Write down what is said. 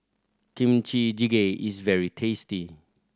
Kimchi Jjigae is very tasty